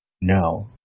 no